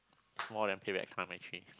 more than pay back time actually